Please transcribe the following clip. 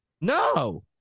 No